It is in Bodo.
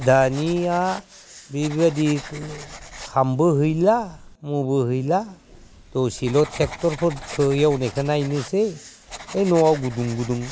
दानिया बेफोरबायदि ओंखामबो हैला मुबो हैला दसेल' ट्रेक्टर फोरखौ एवनायखौ नायनोसै न'वाव गुदुं गुदुं